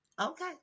okay